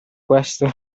questo